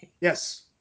Yes